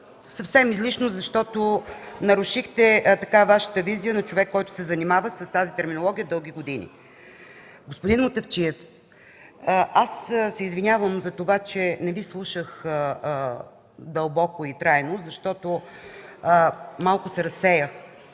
съвсем излишно защото нарушихте Вашата визия на човек, който се занимава с тази терминология дълги години. Господин Мутафчиев, извинявам се за това, че не Ви слушах дълбоко и трайно, защото малко се разсеях.